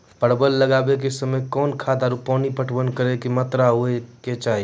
परवल लगाबै के समय कौन खाद आरु पानी पटवन करै के कि मात्रा होय केचाही?